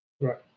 Right